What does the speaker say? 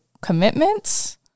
commitments